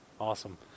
Awesome